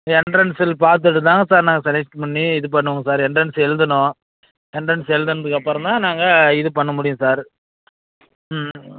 எண்ட்ரன்ஸ்சில் பார்த்துட்டு தாங்க சார் நாங்கள் செலெக்ட் பண்ணி இது பண்ணுவோம் சார் எண்ட்ரன்ஸ் எழுதுணும் எண்ட்ரன்ஸ் எழுதுனதுக்கப்பறந்தான் நாங்கள் இது பண்ண முடியும் சார் ம்